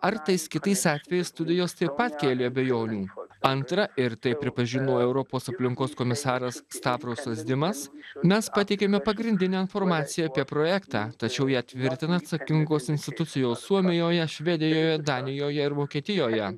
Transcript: ar tais kitais atvejais studijos taip pat kėlė abejonių antrą ir taip pripažino europos aplinkos komisaras staprosas dimas mes pateikiame pagrindinę informaciją apie projektą tačiau ją tvirtina atsakingos institucijos suomijoje švedijoje danijoje ir vokietijoje